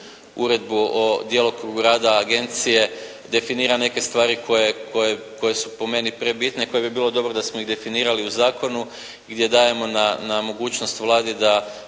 uredbu o djelokrugu rada agencije definira neke stvari koje su po meni prebitne i koje bi bilo dobro da smo ih definirali u zakonu gdje dajemo na mogućnost Vladi da